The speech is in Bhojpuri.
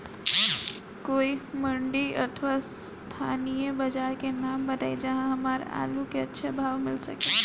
कोई मंडी अथवा स्थानीय बाजार के नाम बताई जहां हमर आलू के अच्छा भाव मिल सके?